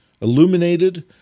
illuminated